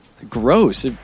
Gross